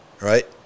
right